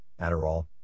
Adderall